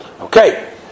Okay